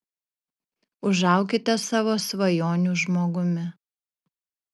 užaukite savo svajonių žmogumi